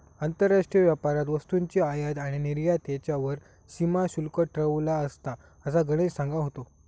आंतरराष्ट्रीय व्यापारात वस्तूंची आयात आणि निर्यात ह्येच्यावर सीमा शुल्क ठरवलेला असता, असा गणेश सांगा होतो